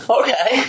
okay